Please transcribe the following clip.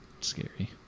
scary